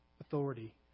authority